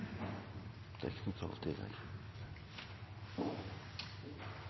Det er ikkje